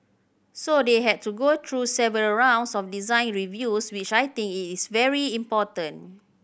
so they had to go through several rounds of design reviews which I think it is very important